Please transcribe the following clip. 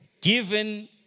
given